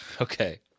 Okay